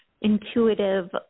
intuitive